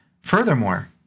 Furthermore